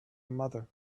mother